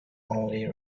only